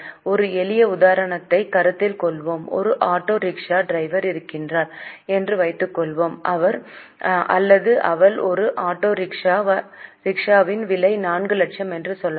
ஒரு எளிய உதாரணத்தைக் கருத்தில் கொள்வோம் ஒரு ஆட்டோ ரிக்ஷா டிரைவர் இருக்கிறார் என்று வைத்துக்கொள்வோம் அவர் அல்லது அவள் ஒரு ஆட்டோ ரிக்ஷாவாக ரிக்ஷாவின் விலை 4 லட்சம் என்று சொல்லலாம்